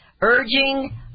urging